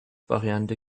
variante